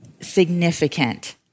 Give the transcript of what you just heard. significant